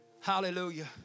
Hallelujah